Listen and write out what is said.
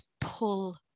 pull